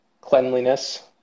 Cleanliness